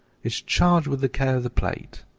is charged with the care of the plate.